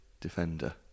defender